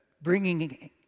bringing